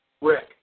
Rick